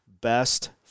best